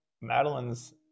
Madeline's